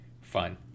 fun